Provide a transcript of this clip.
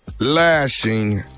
Lashing